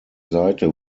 seite